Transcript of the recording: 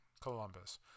Columbus